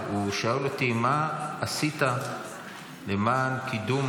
מה עשית למען קידום